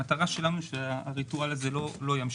המטרה שלי היא שהריטואל הזה לא ימשיך.